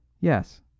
Yes